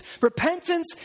repentance